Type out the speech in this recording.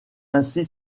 ainsi